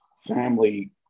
family